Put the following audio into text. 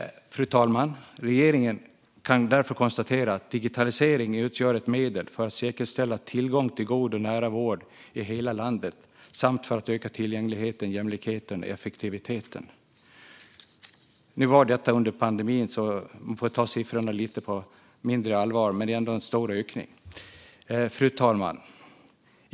Fru talman! Regeringen kan därför konstatera att digitalisering utgör ett medel för att säkerställa tillgång till god och nära vård i hela landet samt för att öka tillgängligheten, jämlikheten och effektiviteten. Nu var detta under pandemin, så man får ta siffrorna på lite mindre allvar, men det är ändå en stor ökning. Fru talman!